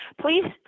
please